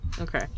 okay